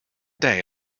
day